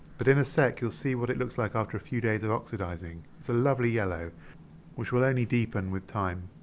but in a sec you'll what it looks like after a few days of oxidizing it's a lovely yellow which will only deepen with time